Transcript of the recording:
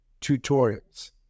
tutorials